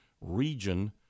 region